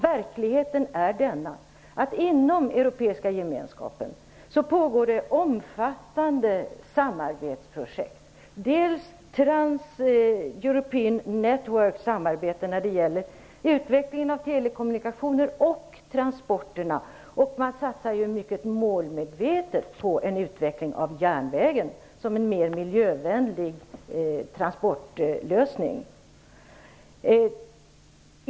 Verkligheten är denna: Inom Europeiska gemenskapen pågår det omfattande samarbetsprojekt. Det är bl.a. Transeuropean Networks samarbete när det gäller utvecklingen av telekommunikationerna och transporterna. Man satsar mycket målmedvetet på en utveckling av järnvägen som en mer miljövänlig transportlösning.